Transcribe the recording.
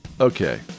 Okay